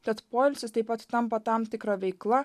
tad poilsis taip pat tampa tam tikra veikla